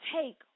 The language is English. take